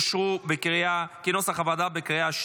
אושרו בקריאה שנייה.